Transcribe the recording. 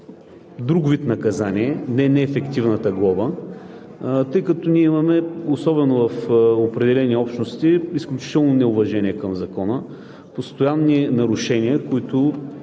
друг вид наказание и да не е неефективната глоба, тъй като ние имаме в определени общности изключително неуважение към закона и постоянни нарушения, които